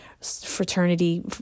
fraternity